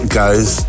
guys